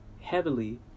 heavily